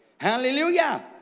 Hallelujah